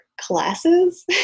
classes